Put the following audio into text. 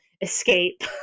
escape